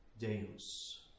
Deus